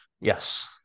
yes